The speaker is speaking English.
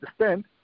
understand